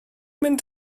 mynd